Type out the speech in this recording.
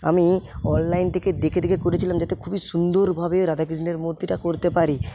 আমি অনলাইন থেকে দেখে দেখে করেছিলাম যাতে খুবই সুন্দরভাবে রাধাকৃষ্ণের মূর্তিটা করতে পারি